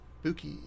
spooky